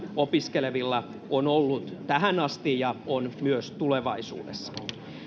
opiskelevilla on ollut tähän asti ja on myös tulevaisuudessa